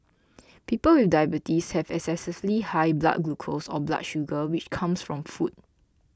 people with diabetes have excessively high blood glucose or blood sugar which comes from food